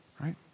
right